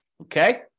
Okay